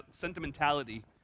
sentimentality